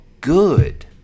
good